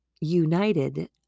united